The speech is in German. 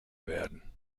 werden